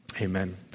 amen